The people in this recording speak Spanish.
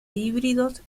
híbridos